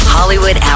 Hollywood